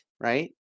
right